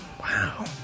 Wow